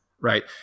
right